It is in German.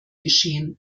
geschehen